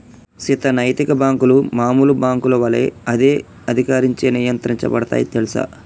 సీత నైతిక బాంకులు మామూలు బాంకుల ఒలే అదే అధికారంచే నియంత్రించబడుతాయి తెల్సా